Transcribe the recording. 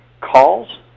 calls